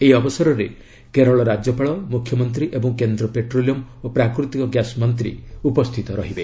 ଏହି ଅବସରରେ କେରଳ ରାଜ୍ୟପାଳ ମୁଖ୍ୟମନ୍ତ୍ରୀ ଏବଂ କେନ୍ଦ୍ର ପେଟ୍ରୋଲିୟମ୍ ଓ ପ୍ରାକୃତିକ ଗ୍ୟାସ୍ ମନ୍ତ୍ରୀ ଉପସ୍ଥିତ ରହିବେ